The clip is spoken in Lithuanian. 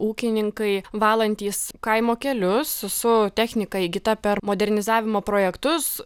ūkininkai valantys kaimo kelius su technika įgyta per modernizavimo projektus